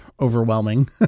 overwhelming